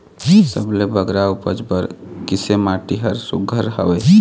सबले बगरा उपज बर किसे माटी हर सुघ्घर हवे?